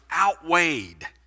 outweighed